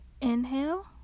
Inhale